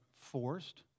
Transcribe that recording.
forced